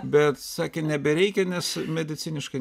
bet sakė nebereikia nes mediciniškai